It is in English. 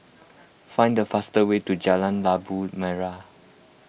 find the fastest way to Jalan Labu Merah